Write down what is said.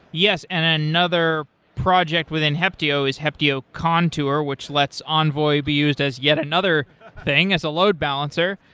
yes, and another project within heptio is heptio contour, which lets envoy be used as yet another thing as a load balancer.